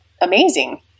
amazing